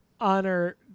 honor